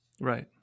Right